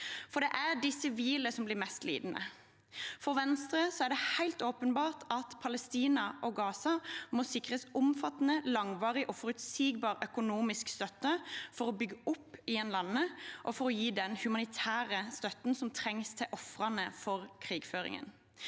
for det er de sivile som blir mest lidende. For Venstre er det helt åpenbart at Palestina og Gaza må sikres omfattende, langvarig og forutsigbar økonomisk støtte for å bygge opp igjen landet og for å gi ofrene for krigføringen